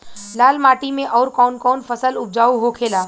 लाल माटी मे आउर कौन कौन फसल उपजाऊ होखे ला?